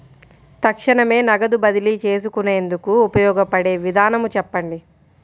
తక్షణమే నగదు బదిలీ చేసుకునేందుకు ఉపయోగపడే విధానము చెప్పండి?